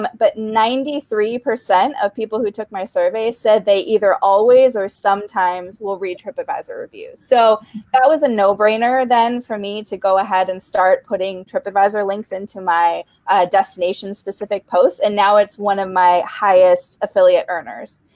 but but ninety three percent of people who took my survey said they either always or sometimes will read tripadvisor reviews. so that was a no-brainer then for me to go ahead and start putting tripadvisor links into my destination-specific posts. and now, it's one of my highest affiliate earners.